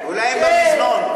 אולי הם במזנון.